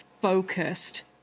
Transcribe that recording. focused